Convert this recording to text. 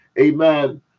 Amen